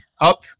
up